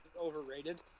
overrated